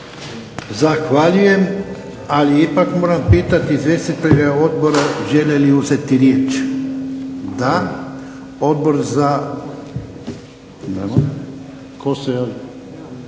Zahvaljujem. Ali ipak moram pitati izvjestitelje odbora žele li uzeti riječ? Da. Odbor za.